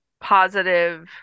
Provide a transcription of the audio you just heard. positive